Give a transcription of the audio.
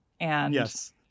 Yes